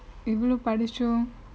இவ்வளொ படிச்சு:ivvalo padichum